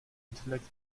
intellect